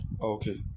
okay